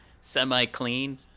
semi-clean